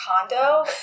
condo